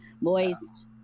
moist